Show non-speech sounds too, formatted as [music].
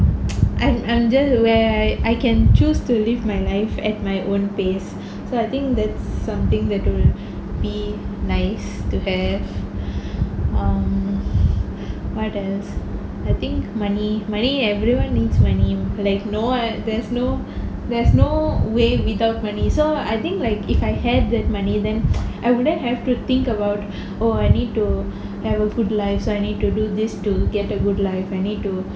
[noise] and I just where I can choose to live my life at my own pace so I think that's something that will be nice to have um what else I think money money everyone needs money like no one there's no there's no way without money so I think like if I had the money then I wouldn't have to think about oh I need to have a good life so I need to do this to get a good life I need to